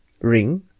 ring